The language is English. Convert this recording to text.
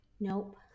Nope